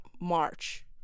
March